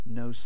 no